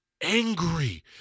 angry